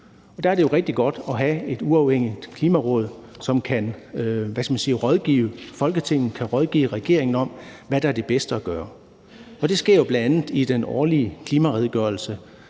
der er det jo rigtig godt at have et uafhængigt Klimaråd, som kan rådgive Folketinget og regeringen om, hvad der er det bedste at gøre. Det sker jo bl.a. i den årlige klimaredegørelse,